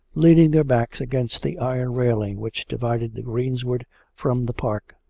leaning their backs against the iron railing which divided the greensward from the park,